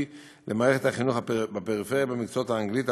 למערכת החינוך בפריפריה במקצועות האנגלית,